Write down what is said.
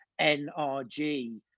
NRG